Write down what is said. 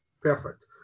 perfect